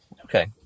Okay